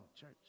church